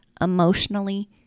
emotionally